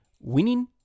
Winning